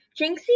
Jinxie